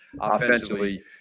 Offensively